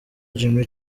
jimmy